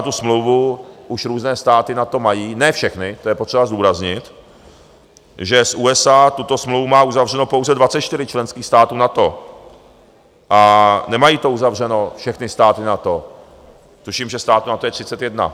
Tu smlouvu už různé státy NATO mají ne všechny, to je potřeba zdůraznit, že s USA má tuto smlouvu uzavřeno pouze 24 členských států NATO a nemají to uzavřeno všechny státy NATO, tuším, že států NATO je 31.